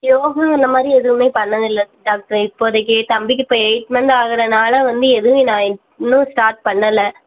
யோகு இந்தமாதிரி எதுவும் பண்ணது இல்லை டாக்டர் இப்போதைக்கு தம்பிக்கு இப்போ எயிட் மன்த்து ஆகுறதுனால வந்து எதுவும் நான் இன்னும் ஸ்டார்ட் பண்ணலை